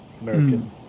American